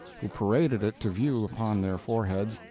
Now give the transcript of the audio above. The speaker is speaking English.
who paraded it to view upon their foreheads,